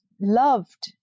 loved